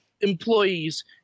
employees